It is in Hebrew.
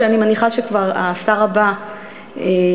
שאני מניחה שכבר השר הבא יקדם.